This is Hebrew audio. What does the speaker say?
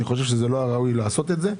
לא היה ראוי לעשות את זה,